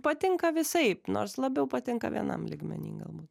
patinka visaip nors labiau patinka vienam lygmeny galbūt